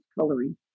coloring